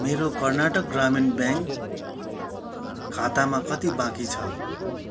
मेरो कर्नाटक ग्रामीण ब्याङ्क खातामा कति बाँकी छ